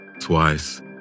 twice